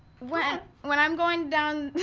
when when i'm going down,